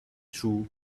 throughout